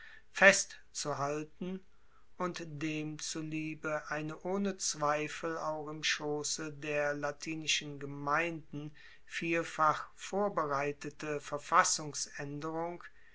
festzuhalten und dem zuliebe eine ohne zweifel auch im schosse der latinischen gemeinden vielfach vorbereitete verfassungsaenderung